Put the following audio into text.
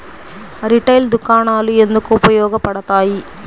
Retail దుకాణాలు ఎందుకు ఉపయోగ పడతాయి?